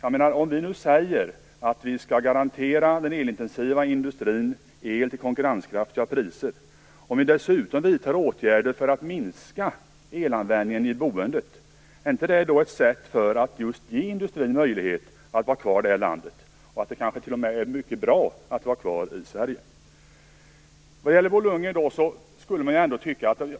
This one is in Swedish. Om vi nu säger att vi skall garantera den elintensiva industrin el till konkurrenskraftiga priser och dessutom vidtar åtgärder för att minska elanvändningen i boendet, är inte det då ett sätt att ge industrin möjlighet att vara kvar i landet? Det kanske t.o.m. blir mycket bra att vara kvar i Sverige.